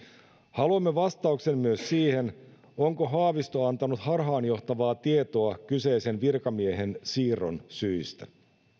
haluamme vastauksen myös siihen onko haavisto antanut harhaanjohtavaa tietoa kyseisen virkamiehen siirron syistä